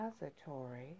Repository